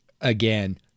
again